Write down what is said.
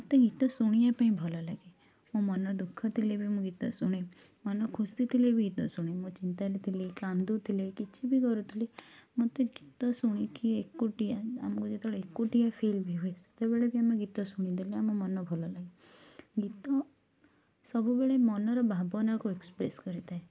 ମୋତେ ଗୀତ ଶୁଣିବା ପାଇଁ ଭଲଲାଗେ ମୋ ମନ ଦୁଃଖ ଥିଲେ ବି ମୁଁ ଗୀତ ଶୁଣେ ମନ ଖୁସି ଥିଲେ ବି ଗୀତ ଶୁଣେ ମୁଁ ଚିନ୍ତାରେ ଥିଲି କାନ୍ଦୁଥିଲି କିଛିବି କରୁଥିଲି ମୋତେ ଗୀତ ଶୁଣିକି ଏକୁଟିଆ ଆମକୁ ଯେତେବେଳେ ଏକୁଟିଆ ଫିଲ୍ ହୁଏ ହୁଏ ସେତେବେଳେ ବି ଆମେ ଗୀତ ଶୁଣିଦେଲେ ଆମ ମନ ଭଲଲାଗେ ଗୀତ ସବୁବେଳେ ମନର ଭାବନାକୁ ଏକ୍ସପ୍ରେସ୍ କରିଥାଏ